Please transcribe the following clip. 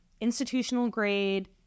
institutional-grade